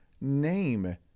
name